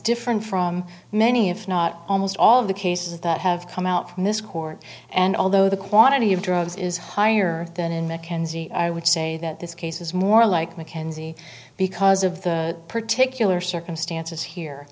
different from many if not almost all of the cases that have come out from this court and although the quantity of drugs is higher than in mackenzie i would say that this case is more like mackenzie because of the particular circumstances here